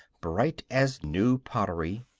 bright as new pottery,